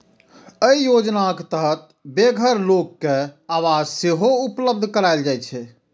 अय योजनाक तहत बेघर लोक कें आवास सेहो उपलब्ध कराएल जाइ छै